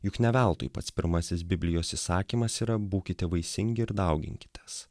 juk ne veltui pats pirmasis biblijos įsakymas yra būkite vaisingi ir dauginkitės